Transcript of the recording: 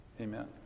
Amen